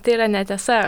tai yra netiesa